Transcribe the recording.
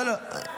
לא, לא.